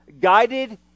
guided